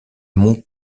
mont